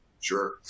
Sure